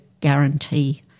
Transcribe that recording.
guarantee